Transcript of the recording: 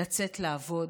לצאת לעבוד,